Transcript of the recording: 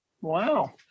Wow